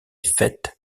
fêtes